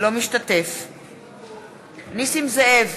אינו משתתף בהצבעה נסים זאב,